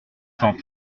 cent